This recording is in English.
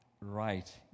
right